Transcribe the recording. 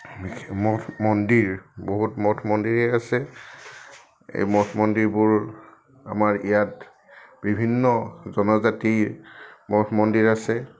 বিশেষ মঠ মন্দিৰ বহুত মঠ মন্দিৰেই আছে এই মঠ মন্দিৰবোৰ আমাৰ ইয়াত বিভিন্ন জনজাতিৰ মঠ মন্দিৰ আছে